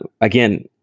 again